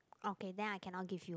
okay then I cannot give you